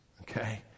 Okay